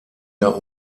der